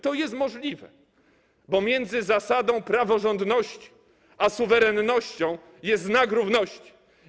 To jest możliwe, bo między zasadą praworządności a suwerennością jest znak równości.